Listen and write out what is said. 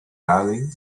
darling